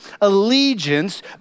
allegiance